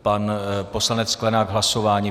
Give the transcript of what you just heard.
Pan poslanec Sklenák k hlasování.